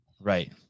Right